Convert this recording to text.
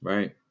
Right